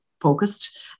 focused